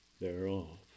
thereof